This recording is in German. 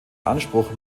anspruch